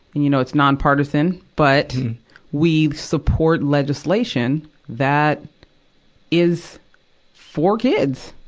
and you know it's non-partisan, but we support legislation that is for kids,